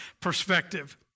perspective